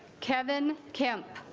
kevin camp